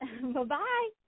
Bye-bye